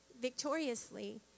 victoriously